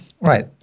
Right